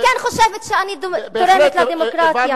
אני כן חושבת שאני תורמת לדמוקרטיה.